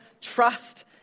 trust